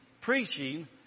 preaching